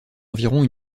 environ